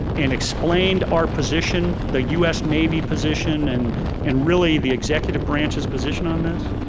and explained our position, the us navy position, and and really the executive branch's position on this,